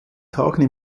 tagen